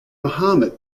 mohamed